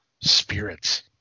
spirits